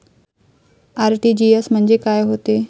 RTGS म्हंजे काय होते?